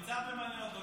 ניצב ממנה אותו,